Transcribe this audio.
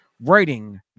writing